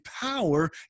power